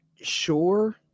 Sure